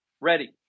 ready